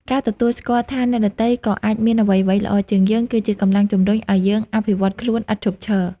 ការទទួលស្គាល់ថាអ្នកដទៃក៏អាចមានអ្វីៗល្អជាងយើង គឺជា កម្លាំងជំរុញឲ្យយើងអភិវឌ្ឍខ្លួន ឥតឈប់ឈរ។